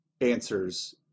answers